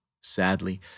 sadly